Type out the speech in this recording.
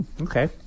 okay